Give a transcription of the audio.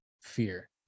fear